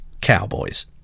cowboys